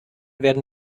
werden